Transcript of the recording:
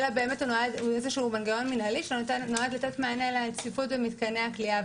אלא הוא איזשהו מנגנון מינהלי שנועד לתת מענה לצפיפות במתקני הכליאה.